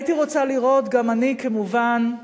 הייתי רוצה לראות גם אני, כמובן,